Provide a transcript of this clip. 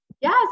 Yes